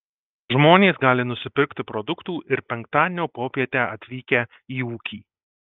žmonės gali nusipirkti produktų ir penktadienio popietę atvykę į ūkį